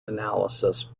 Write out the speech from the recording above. analysis